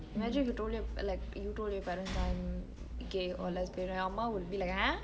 imagine if you told like you told your parents I'm gay or lesbian then your mum would be like !huh!